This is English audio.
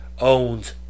owns